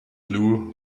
blue